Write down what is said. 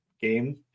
Game